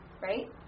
right